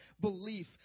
belief